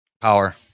Power